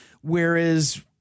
Whereas